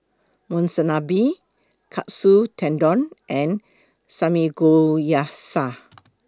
Monsunabe Katsu Tendon and Samgeyopsal